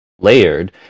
Layered